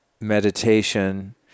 meditation